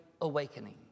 awakening